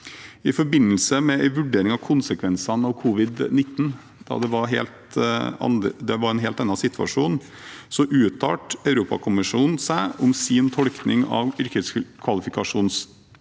I forbindelse med en vurdering av konsekvenser av covid-19, da det var en helt annen situasjon, uttalte Europakommisjonen seg om sin tolkning av yrkeskvalifikasjonsdirektivet,